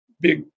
big